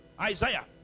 isaiah